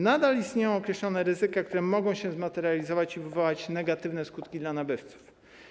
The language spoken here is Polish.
Nadal istnieją określone ryzyka, które mogą się zmaterializować i wywołać negatywne skutki dla nabywców.